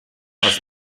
was